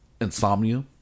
Insomnia